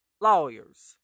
lawyers